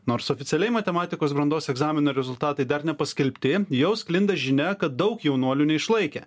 nors oficialiai matematikos brandos egzamino rezultatai dar nepaskelbti jau sklinda žinia kad daug jaunuolių neišlaikė